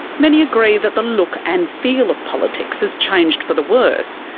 many agree that the look and feel of politics has changed for the worse.